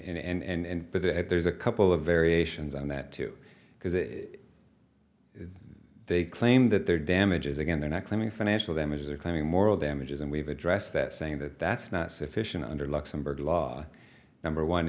honor and there's a couple of variations on that too because it they claim that their damages again they're not claiming financial damages they're claiming moral damages and we've addressed that saying that that's not sufficient under luxemburg law number one